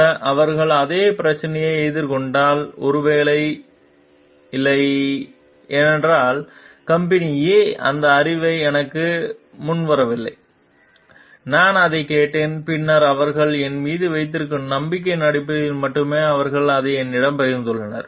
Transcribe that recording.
கூட அவர்கள் அதே பிரச்சினையை எதிர்கொண்டால் ஒருவேளை இல்லை ஏனென்றால் கம்பெனி A அந்த அறிவை எனக்கு முன்வரவில்லை நான் அதைக் கேட்டேன் பின்னர் அவர்கள் என் மீது வைத்திருக்கும் நம்பிக்கையின் அடிப்படையில் மட்டுமே அவர்கள் அதை என்னிடம் பகிர்ந்துள்ளனர்